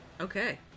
Okay